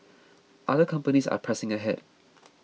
other companies are pressing ahead